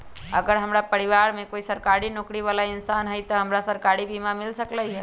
अगर हमरा परिवार में कोई सरकारी नौकरी बाला इंसान हई त हमरा सरकारी बीमा मिल सकलई ह?